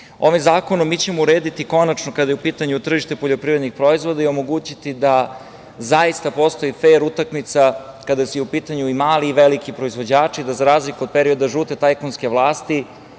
zakonom mi ćemo urediti konačno kada je u pitanju tržište poljoprivrednih proizvoda i omogućiti da zaista postoji fer utakmica kada su u pitanju i mali i veliki proizvođači, da za razliku od perioda žute tajkunske vlasti,